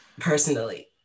Personally